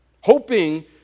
hoping